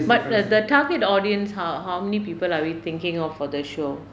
but the the target audience how how many people are we thinking of for the show